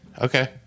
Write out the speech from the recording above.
okay